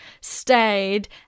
stayed